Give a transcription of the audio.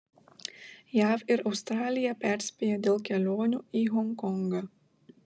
jav ir australija perspėja dėl kelionių į honkongą